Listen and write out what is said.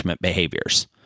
behaviors